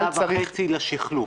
את השנה וחצי לשחלוף.